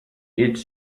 eat